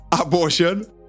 abortion